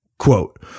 Quote